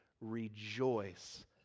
Rejoice